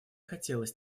хотелось